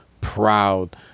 proud